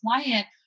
client